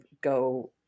go